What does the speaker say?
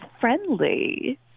friendly